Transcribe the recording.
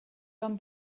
van